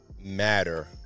matter